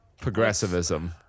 Progressivism